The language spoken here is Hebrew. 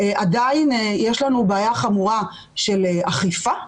עדיין יש לנו בעיה חמורה של אכיפה.